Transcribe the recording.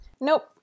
Nope